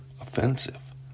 offensive